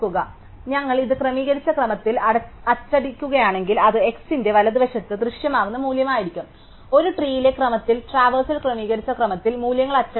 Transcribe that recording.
അതിനാൽ ഞങ്ങൾ ഇത് ക്രമീകരിച്ച ക്രമത്തിൽ അച്ചടിക്കുകയാണെങ്കിൽ അത് x ന്റെ വലതുവശത്ത് ദൃശ്യമാകുന്ന മൂല്യമായിരിക്കും ഒരു ട്രീയിലെ ക്രമത്തിൽ ട്രാവൽസൽ ക്രമീകരിച്ച ക്രമത്തിൽ മൂല്യങ്ങൾ അച്ചടിക്കുന്നു